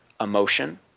emotion